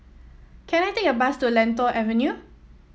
can I take a bus to Lentor Avenue